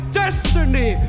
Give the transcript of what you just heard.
destiny